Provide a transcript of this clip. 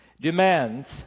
demands